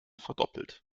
verdoppelt